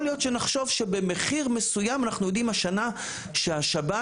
להיות שנחשוב שבמחיר מסוים אנחנו יודעים השנה שהשב"ן